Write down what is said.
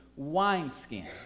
wineskins